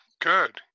Good